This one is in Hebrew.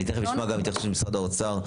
אני אשמע תכף גם התייחסות של משרד האוצר.